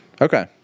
Okay